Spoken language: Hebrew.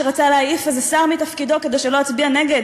שרצה להעיף איזה שר מתפקידו כדי שלא יצביע נגד